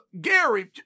Gary